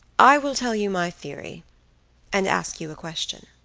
i will tell you my theory and ask you a question.